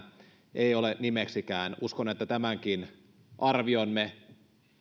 ei ole nimeksikään uskon että tämänkin arvion me